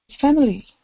family